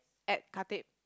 at Khatib